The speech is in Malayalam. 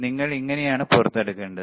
നിങ്ങൾ ഇങ്ങനെയാണ് പുറത്തെടുക്കേണ്ടത്